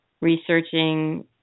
researching